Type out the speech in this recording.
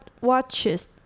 watches